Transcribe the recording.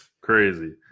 crazy